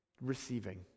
receiving